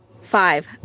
Five